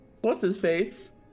what's-his-face